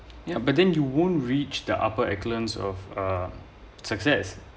ya but then you won't reached the upper echelon of uh success